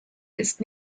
ist